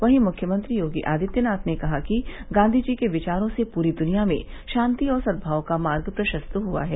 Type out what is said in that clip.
वहीं मुख्यमंत्री योगी आदित्यनाथ ने कहा कि गांवी जी के विचारों से पूरी द्निया में शांति और सदमाव का मार्ग प्रशस्त हुआ है